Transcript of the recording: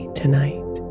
tonight